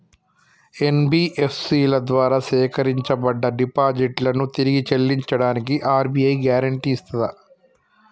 NBFC ల ద్వారా సేకరించబడ్డ డిపాజిట్లను తిరిగి చెల్లించడానికి ఆర్.బి.ఐ గ్యారెంటీ ఇస్తదా?